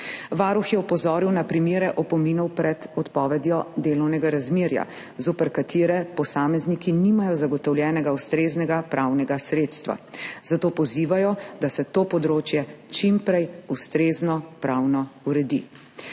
Varuh je opozoril na primere opominov pred odpovedjo delovnega razmerja, zoper katere posamezniki nimajo zagotovljenega ustreznega pravnega sredstva, zato pozivajo, da se to področje čim prej ustrezno pravno uredi.